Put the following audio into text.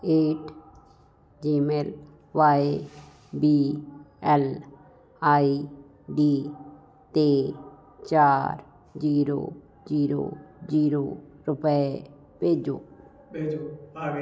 eight Gmail Y B L I D ਤੇ ਚਾਰ zero zero zero ਰੁਪਏ ਭੇਜੋਂ